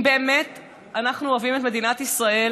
אם באמת אנחנו אוהבים את מדינת ישראל